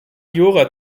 jura